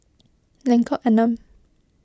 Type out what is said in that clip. Lengkok Enam